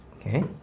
okay